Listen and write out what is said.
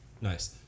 nice